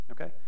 Okay